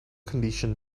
condition